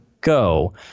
go